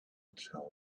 tell